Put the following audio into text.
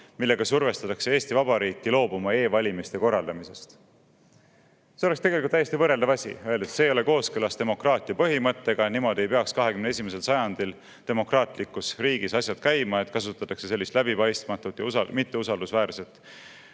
millega survestatakse Eesti Vabariiki loobuma e‑valimiste korraldamisest. See oleks täiesti võrreldav asi. Öeldakse, et see ei ole kooskõlas demokraatia põhimõttega ja niimoodi ei peaks 21. sajandil demokraatlikus riigis asjad käima, et kasutatakse sellist läbipaistmatut ja mitteusaldusväärset